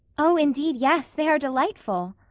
oh, indeed, yes. they are delightful.